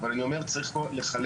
אבל אני אומר צריך פה לחלק,